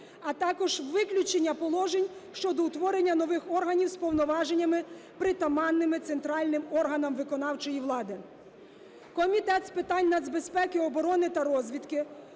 а також виключення положень щодо утворення нових органів з повноваженнями, притаманними центральним органам виконавчої влади. Комітет з питань нацбезпеки, оборони та розвідки